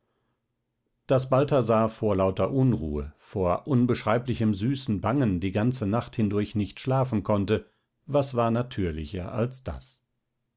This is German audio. daß balthasar vor lauter unruhe vor unbeschreiblichem süßen bangen die ganze nacht hindurch nicht schlafen konnte was war natürlicher als das